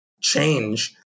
change